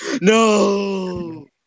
no